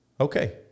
Okay